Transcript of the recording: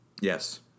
Yes